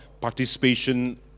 participation